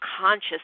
conscious